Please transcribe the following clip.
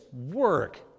work